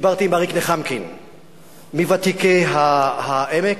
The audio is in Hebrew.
מוותיקי העמק,